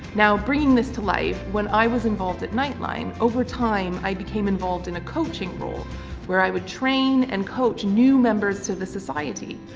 now bringing this to life, when i was involved at nightline, over time i became involved in a coaching role where i would train and coach new members to the society,